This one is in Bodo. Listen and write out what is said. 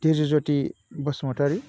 धिर्जुज्यति बसुमतारि